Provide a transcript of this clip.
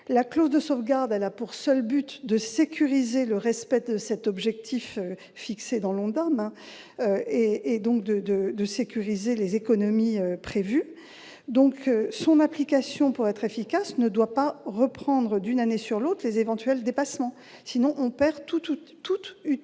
La clause de sauvegarde n'a pour seul but que de sécuriser le respect de cet objectif fixé dans l'ONDAM et les économies prévues. Son application, pour être efficace, ne doit pas reprendre d'une année sur l'autre les éventuels dépassements, faute de quoi l'on